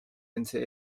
into